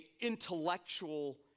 intellectual